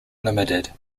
limited